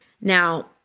Now